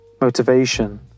Motivation